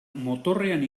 motorrean